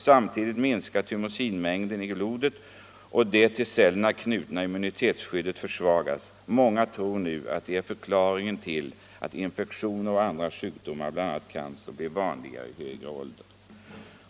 Samtidigt minskar thymosinmängden i blodet, och det till cellerna knutna immunitetsskyddet försvagas. Många tror nu att det är förklaringen till att infektioner och andra sjukdomar, bl.a. cancer, blir vanligare i högre åldrar.